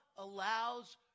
allows